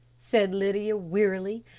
said lydia wearily.